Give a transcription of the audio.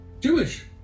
Jewish